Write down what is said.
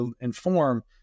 inform